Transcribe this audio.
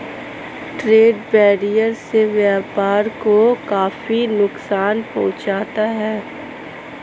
trade barrier से व्यापार को काफी नुकसान पहुंचता है